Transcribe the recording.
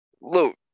look